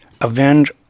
avenge